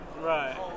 Right